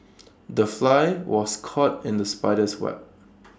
the fly was caught in the spider's web